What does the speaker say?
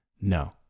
No